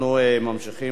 נתקבלה.